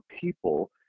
people